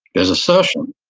there's assertion,